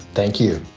thank you